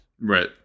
Right